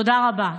תודה רבה.